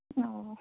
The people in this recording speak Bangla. ও